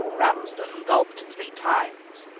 ramsden gulped three times.